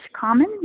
common